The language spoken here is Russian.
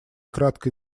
кратко